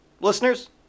listeners